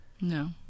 no